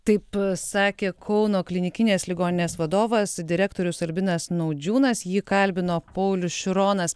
taip sakė kauno klinikinės ligoninės vadovas direktorius albinas naudžiūnas jį kalbino paulius šironas